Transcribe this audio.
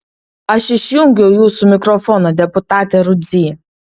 aš išjungiau jūsų mikrofoną deputate rudzy